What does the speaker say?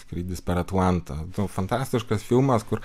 skrydis per atlantą nu fantastiškas filmas kur